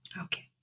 Okay